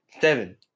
Seven